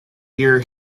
year